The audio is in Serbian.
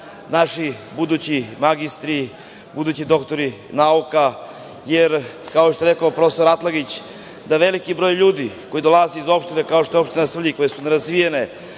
naši budući magistri, budući doktori nauka, jer kao što je rekao prof. Atlagić, da veliki broj ljudi koji dolazi iz opština kao što je opština Svrljig, koje su nerazvijene,